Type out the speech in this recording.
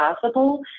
possible